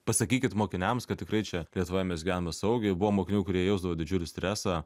pasakykit mokiniams kad tikrai čia lietuvoje mes gyvename saugiai buvo mokinių kurie jausdavo didžiulį stresą